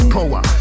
Power